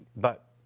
but.